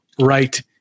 right